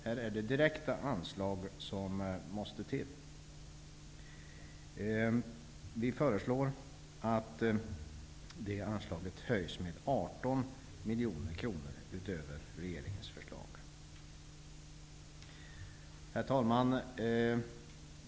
Här är det direkta anslag som måste komma till. Vi föreslår att anslaget till institutet höjs med 18 miljoner kronor utöver regeringens förslag. Herr talman!